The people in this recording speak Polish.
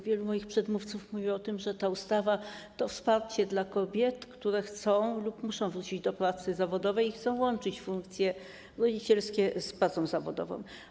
Wielu moich przedmówców mówiło o tym, że ta ustawa to wsparcie dla kobiet, które chcą lub muszą wrócić do pracy zawodowej i chcą łączyć funkcje rodzicielskie z pracą zawodową.